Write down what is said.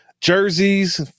jerseys